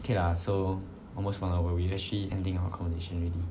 okay lah so almost one hour we actually ending our conversation already